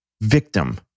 victim